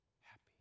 Happy